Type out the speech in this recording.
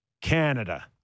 Canada